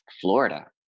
florida